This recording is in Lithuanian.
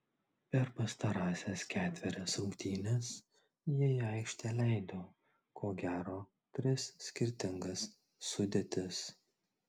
per pastarąsias ketverias rungtynes jie į aikštę leido ko gero tris skirtingas sudėtis